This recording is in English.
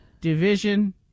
division